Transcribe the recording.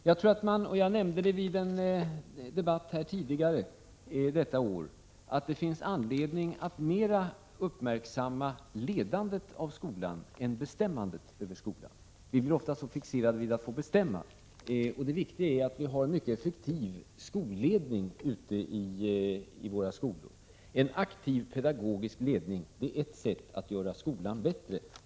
Jag tror — och jag nämnde det vid en debatt här tidigare i år — att det finns anledning att mera uppmärksamma ledandet av skolan än bestämmandet över skolan. Vi är ofta så fixerade vid att få bestämma. Det viktiga är att vi har en mycket effektiv skolledning ute i våra skolor. En aktiv pedagogisk ledning är ett sätt att göra skolan bättre.